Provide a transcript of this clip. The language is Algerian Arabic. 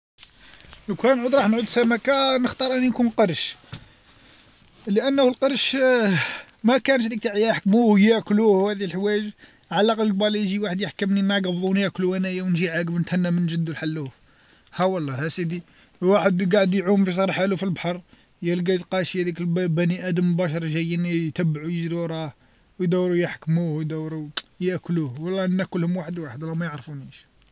لوكان راح نعود نكون سمكه نختار راني نكون قرش، لأنه القرش مكانش هاذيك تع يحكموه ياكلوه و هاذي الحوايج على الأقل قبالي يجي واحد يحكمني مبعد نقضبو ناكلو أنايا و نجي عاقب نتهنى من جدو الحلوف ها و الله أسيدي، واحد قاعد يعوم في سرحالو في البحر يلقى تقاشير هاذيك ب- بني آدم البشر جايين يتبعو يجرو وراه و يدورو يحكموه و يدورو ياكلوه و الله ناكلهم واحد واحد راهم ميعرفونيش.